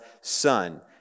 son